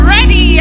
Ready